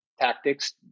tactics